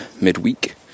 midweek